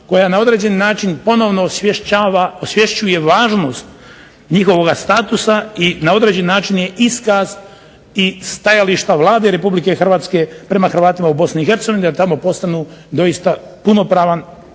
koja na određeni način osvješćuje važnost njihovoga statusa i na određeni način je iskaz stajališta Vlade Republike Hrvatske prema Hrvatima u Bosni i Hercegovini da tamo postanu punopravan